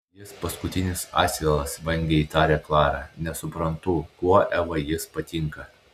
jis paskutinis asilas vangiai taria klara nesuprantu kuo evai jis patinka